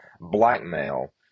blackmail